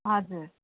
हजुर